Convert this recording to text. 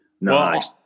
Nice